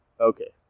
okay